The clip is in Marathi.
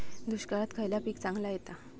दुष्काळात खयला पीक चांगला येता?